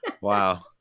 Wow